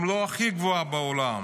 אם לא הכי גבוהה בעולם.